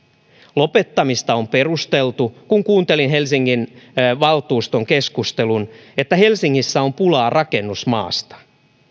lopettamista on perusteltu kun kuuntelin helsingin valtuuston keskustelun sillä että helsingissä on pulaa rakennusmaasta